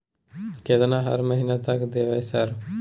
केतना हर महीना तक देबय सर?